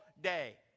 day